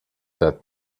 that